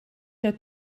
der